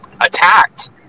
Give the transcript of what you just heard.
attacked